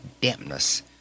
dampness